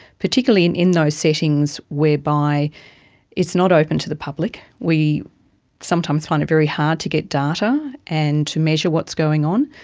particularly and in those settings whereby it's not open to the public. we sometimes find it very hard to get data and to measure what's going on.